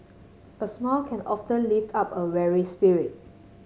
a smile can often lift up a weary spirit